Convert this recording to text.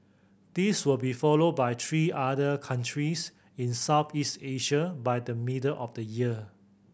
this will be followed by three other countries in Southeast Asia by the middle of the year